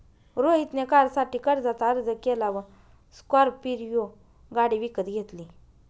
रोहित ने कारसाठी कर्जाचा अर्ज केला व स्कॉर्पियो गाडी विकत घेतली